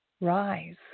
Rise